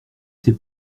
ces